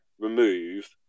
remove